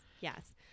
Yes